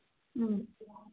ꯎꯝ